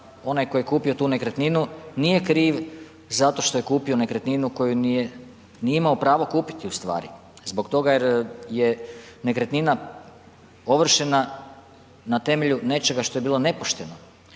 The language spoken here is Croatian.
onaj koji je kupio tu nekretninu nije kriv zato što je kupio nekretninu koju nije imao pravo kupiti u stvari zbog toga jer je nekretnina ovršena na temelju nečega što je bilo nepošteno,